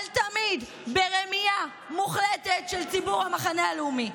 אבל תמיד, ברמייה מוחלטת של ציבור המחנה הלאומי.